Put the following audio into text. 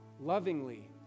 Lovingly